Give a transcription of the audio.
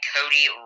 Cody